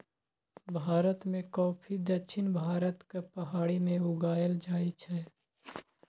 भारत मे कॉफी दक्षिण भारतक पहाड़ी मे उगाएल जाइ छै